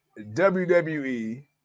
WWE